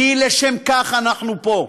כי לשם כך אנחנו פה.